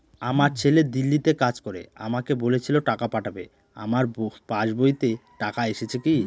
আমার ছেলে দিল্লীতে কাজ করে আমাকে বলেছিল টাকা পাঠাবে আমার পাসবইতে টাকাটা এসেছে কি?